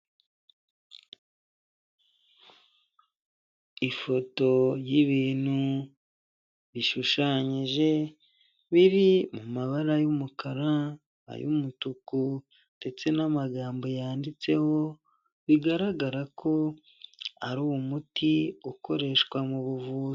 Ifoto y'ibintu bishushanyije biri mu mabara y'umukara, ay'umutuku ndetse n'amagambo yanditseho bigaragara ko ari umuti ukoreshwa mu buvuzi.